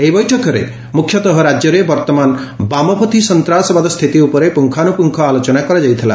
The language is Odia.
ଏହି ବୈଠକରେ ମୁଖ୍ୟତଃ ରାଜ୍ୟରେ ବର୍ଉମାନ ବାମପନ୍ତୀ ସନ୍ତାସବାଦ ସ୍ତୈତି ଉପରେ ପୁଙ୍ଖାନୁପୁଙ୍ଖ ଆଲୋଚନା କରାଯାଇଥିଲା